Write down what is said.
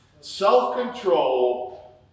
Self-control